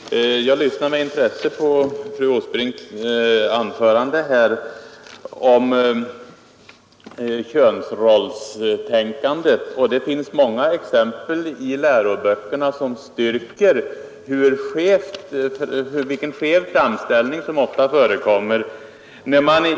Herr talman! Jag lyssnade med intresse på fru Åsbrinks anförande om könsrollerna. Det finns i läroböckerna många exempel på en skev framställning på detta område.